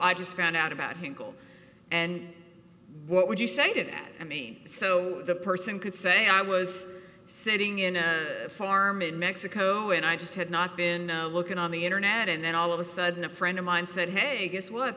i just found out about him and what would you say to that i mean so the person could say i was sitting in a farm in mexico and i just had not been looking on the internet and then all of a sudden a friend of mine said hey guess w